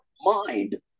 mind